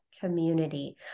community